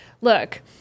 look